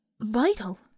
vital